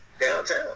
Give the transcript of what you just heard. downtown